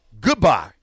Goodbye